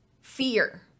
fear